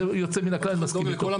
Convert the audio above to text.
זה לכל המדינה,